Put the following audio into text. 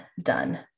done